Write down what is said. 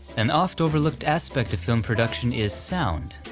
an oft-overlooked aspect of film production is sound,